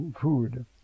food